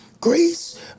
grace